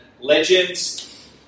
Legends